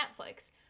Netflix